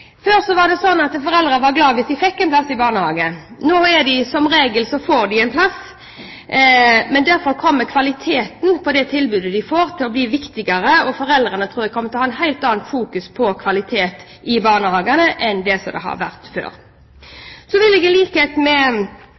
Før var det slik at foreldrene var glade for at de fikk en barnehageplass. Nå får de som regel en plass, men derfor kommer kvaliteten på tilbudet de får, til å bli viktigere. Jeg tror foreldrene kommer til å ha et helt annet fokus på kvalitet i barnehagene enn før. Jeg vil, i likhet med